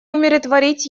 умиротворить